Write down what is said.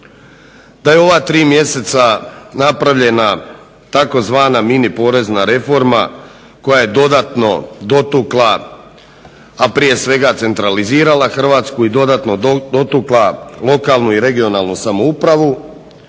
da je ova tri mjeseca napravljena tzv. mini porezna reforma koja je dodatno dotukla, a prije svega centralizirala Hrvatsku i dodatno dotukla lokalnu i regionalnu samoupravu,